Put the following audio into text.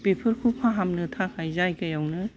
बेफोरखौ फाहामनो थाखाय जायगायावनो